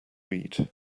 eat